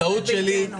טעות שלי.